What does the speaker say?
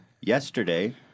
yesterday